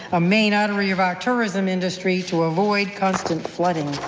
a main artery of our tourism industry, to avoid constant flooding.